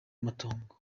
amatongo